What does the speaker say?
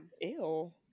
Ew